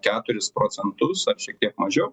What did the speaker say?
keturis procentus ar čia kiek mažiau